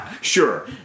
Sure